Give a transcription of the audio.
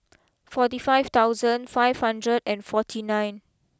forty five thousand five hundred and forty nine